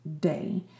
day